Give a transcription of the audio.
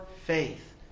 faith